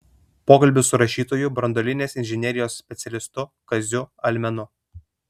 pokalbis su rašytoju branduolinės inžinerijos specialistu kaziu almenu